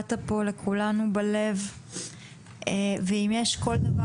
נגעת בלב של כולנו.